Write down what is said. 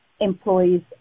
employees